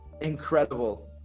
incredible